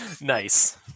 nice